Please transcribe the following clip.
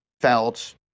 felt